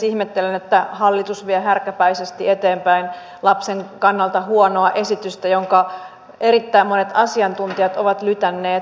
ihmettelen että hallitus vie härkäpäisesti eteenpäin lapsen kannalta huonoa esitystä jonka erittäin monet asiantuntijat ovat lytänneet